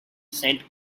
saint